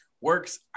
works